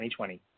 2020